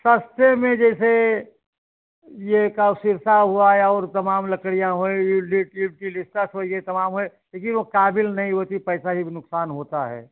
सस्ते में जैसे ये काऊ सिरसा हुआ और तमाम लकड़ियाँ होय ये चीड़ वीड लिप्टस होय जय ये तमाम होय लेकिन वो काबिल नहीं होती पैसा एक नुकसान होता है